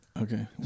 Okay